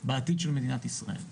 בעתיד של מדינת ישראל.